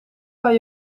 kan